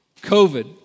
COVID